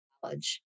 College